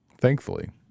Thankfully